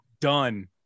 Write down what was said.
Done